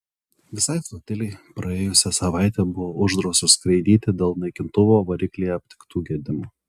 visai flotilei praėjusią savaitę buvo uždrausta skraidyti dėl naikintuvo variklyje aptiktų gedimų